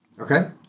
Okay